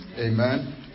Amen